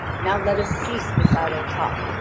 now let us cease this idle talk,